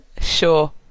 Sure